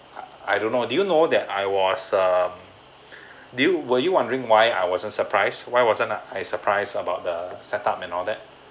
I don't know do you know that I was um did you were you wondering why I wasn't surprised why wasn't I surprised about the setup and all that